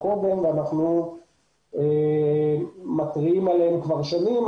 קודם ואנחנו מתריעים עליהם כבר שנים.